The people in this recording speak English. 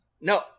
No